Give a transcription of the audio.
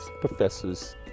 professors